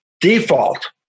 default